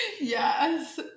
Yes